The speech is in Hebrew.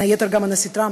ובין היתר הנשיא טראמפ,